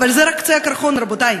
אבל זה רק קצה הקרחון, רבותי.